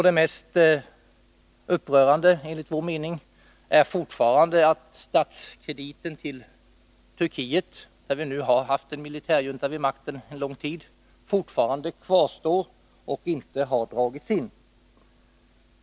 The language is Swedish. Det mest upprörande enligt vår mening är att statskrediterna till Turkiet, som nu har haft en militärjunta vid makten under lång tid, fortfarande kvarstår och inte har dragits in.